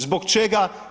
Zbog čega?